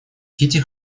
кити